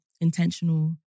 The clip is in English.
intentional